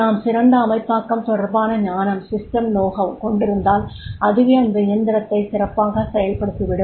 நாம் சிறந்த அமைப்பாக்கம் தொடர்பான ஞானம் கொண்டிருந்தால் அதுவே அந்த இயந்திரத்தை சிறப்பாகச் செயல்படுத்திவிடும்